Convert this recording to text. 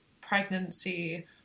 pregnancy